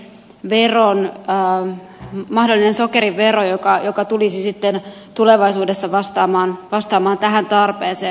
neljä a talon mahdollinen sokerivero joka tulisi sitten tulevaisuudessa vastaamaan tähän tarpeeseen